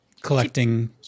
collecting